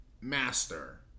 Master